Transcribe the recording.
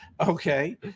okay